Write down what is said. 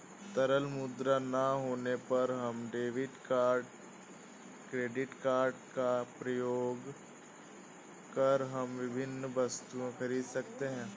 तरल मुद्रा ना होने पर हम डेबिट क्रेडिट कार्ड का प्रयोग कर हम विभिन्न वस्तुएँ खरीद सकते हैं